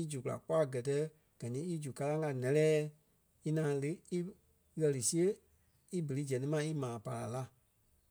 í zu kula kpɔ́ a gɛ́tɛ gɛ í zu kalaŋ a ǹɛ́lɛɛ í ŋaŋ lí í ɣɛli siɣe í bili zɛŋ ti ma ímaa pára la.